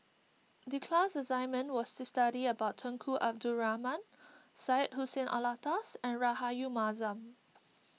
the class assignment was to study about Tunku Abdul Rahman Syed Hussein Alatas and Rahayu Mahzam